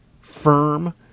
firm